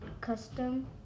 custom